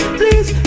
please